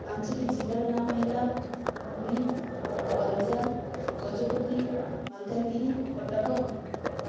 ପାଞ୍ଚଟି ଜିଲ୍ଲାର ନାମ ହେଲା ପୁରୀ ଗଞ୍ଜାମ ଗଜପତି ମାଲକାନଗିରି କଟକ